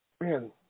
man